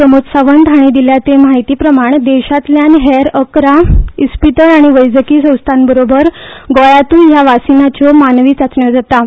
प्रमोद सावंत हाणी दिल्या ते म्हायतीप्रमाण देशभरातल्या हेर अकरा इस्पितळ आनी वैजकी संस्थांबरोबर गोंयात्य ह्या वाशिनाच्यो मानवी चाचण्यो जाता